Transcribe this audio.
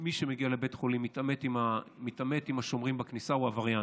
כל מי שמגיע לבית חולים ומתעמת עם השומרים בכניסה הוא עבריין,